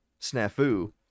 snafu